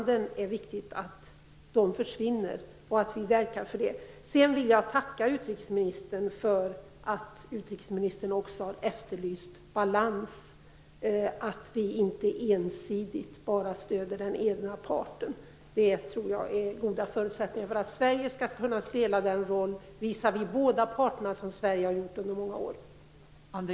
Det är viktigt att vi verkar för att sådana uttalanden inte görs. Jag vill tacka utrikesministern för att hon också har efterlyst balans, att vi inte bara stöder den ena parten. Det finns goda förutsättningar för att Sverige skall kunna spela den roll visavi båda parterna som vi har gjort under många år.